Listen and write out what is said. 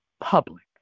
public